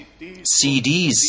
CDs